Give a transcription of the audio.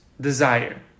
desire